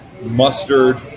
mustard